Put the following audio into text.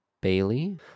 Bailey